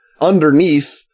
underneath